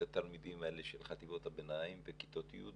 התלמידים האלה של חטיבות הביניים וכיתות י'.